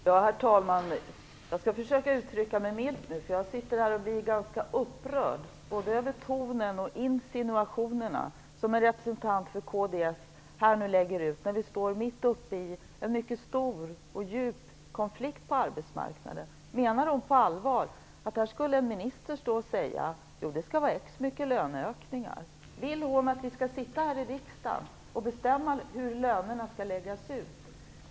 Herr talman! Jag skall försöka uttrycka mig milt, för jag sitter här och blir ganska upprörd, både över tonen och över insinuationerna som en representant för kds lägger fram när vi står mitt uppe i en mycket stor och djup konflikt på arbetsmarknaden. Menar hon på allvar att en minister skulle stå och säga: Det skall vara x kronor i löneökningar? Vill hon att vi skall sitta här i riksdagen och bestämma hur lönerna skall läggas ut?